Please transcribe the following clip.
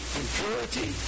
impurity